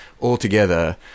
altogether